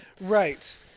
Right